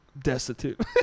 destitute